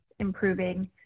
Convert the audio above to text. Improving